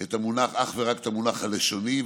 אך ורק את המונח הלשוני,